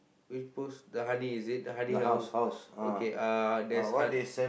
which post the honey is it the honey house okay uh there's hon~